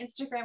Instagram